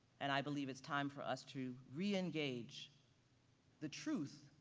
and i believe it's time for us to reengage the truth